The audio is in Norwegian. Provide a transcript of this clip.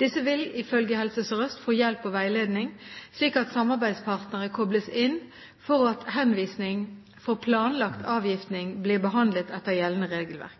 Disse vil ifølge Helse Sør-Øst få hjelp og veiledning, slik at samarbeidspartnere kobles inn for at henvisning for planlagt avgiftning blir behandlet etter gjeldende regelverk.